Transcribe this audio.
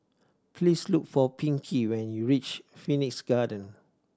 please look for Pinkie when you reach Phoenix Garden